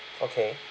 okay